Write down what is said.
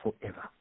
forever